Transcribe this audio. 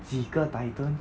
几个 titan